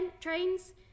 Trains